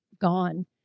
gone